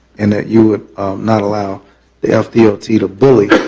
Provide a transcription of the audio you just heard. and that you would not allow the ah fdl t to bully